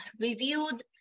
reviewed